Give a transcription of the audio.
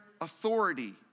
authority